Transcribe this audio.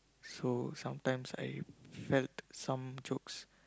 so sometimes I felt some jokes